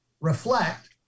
reflect